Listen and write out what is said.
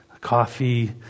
coffee